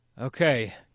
okay